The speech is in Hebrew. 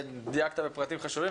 דייקת בפרטים חשובים.